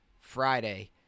Friday